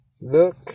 look